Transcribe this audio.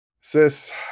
Sis